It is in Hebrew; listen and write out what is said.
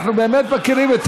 אנחנו באמת מכירים,